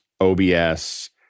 OBS